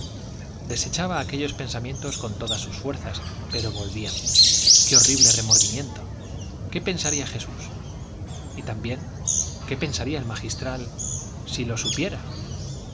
desechaba aquellos pensamientos con todas sus fuerzas pero volvían qué horrible remordimiento qué pensaría jesús y también qué pensaría el magistral si lo supiera